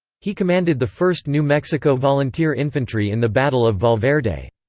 he commanded the first new mexico volunteer infantry in the battle of valverde.